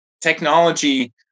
technology